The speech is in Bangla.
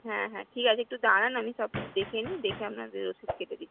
হ্যাঁ হ্যাঁ ঠিক আছে একটু দাঁড়ান আমি সব দেখে নিই দেখে আপনার রশিদ কেটে দিচ্ছি